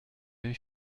même